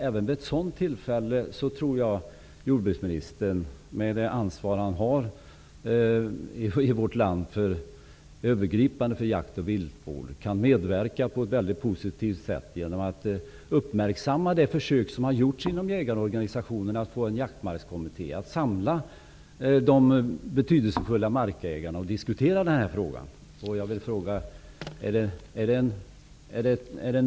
Även vid ett tillfälle som detta tror jag att jordbruksministern, med det övergripande ansvar han har för jakt och viltvård i vårt land, kan medverka på ett mycket positivt sätt. Han kan uppmärksamma de försök som har gjorts inom jägarorganisationerna att få en jaktmarkskommitté och att samla de betydelsefulla markägarna för att diskutera frågan.